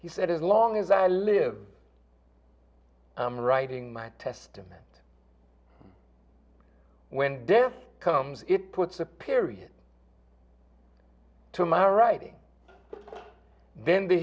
he said as long as i live i'm writing my testament when death comes it puts a period to my writing then the